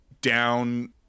down